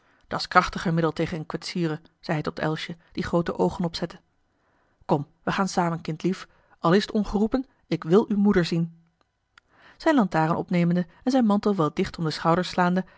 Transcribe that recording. geven dat's krachtiger middel tegen eene kwetsure zeî hij tot elsje die groote oogen opzette kom we gaan samen kindlief al is t ongeroepen ik wil uwe moeder zien zijne lantaarn opnemende en zijn mantel wel dicht om de schouders slaande